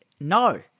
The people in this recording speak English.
no